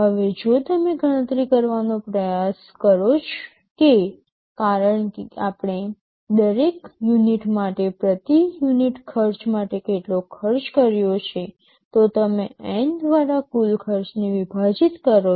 હવે જો તમે ગણતરી કરવાનો પ્રયાસ કરો કે આપણે દરેક યુનિટ માટે પ્રતિ યુનિટ ખર્ચ માટે કેટલો ખર્ચ કર્યો છે તો તમે N દ્વારા કુલ ખર્ચને વિભાજિત કરો